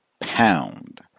pound